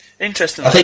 Interesting